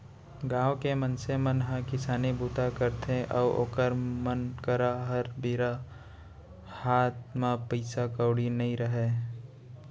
गाँव के मनसे मन ह किसानी बूता करथे अउ ओखर मन करा हर बेरा हात म पइसा कउड़ी नइ रहय